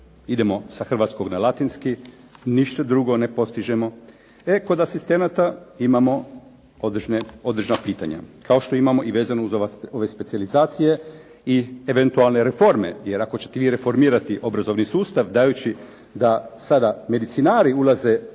Idemo sa hrvatskog na latinski. Ništa drugo ne postižemo. E kod asistenata imamo određena pitanja. Kao što imamo i vezano uz ove specijalizacije i eventualne reforme, jer ako ćete vi reformirati obrazovni sustavu dajući da sada medicinari ulaze u određena